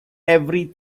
every